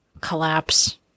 collapse